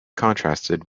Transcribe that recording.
contrasted